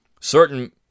certain